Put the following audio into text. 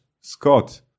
Scott